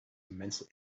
immensely